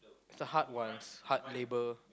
is a hard ones hard labour